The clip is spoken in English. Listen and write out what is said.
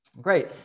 Great